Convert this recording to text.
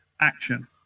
action